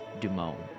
Dumont